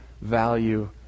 value